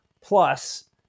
plus